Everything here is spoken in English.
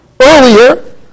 earlier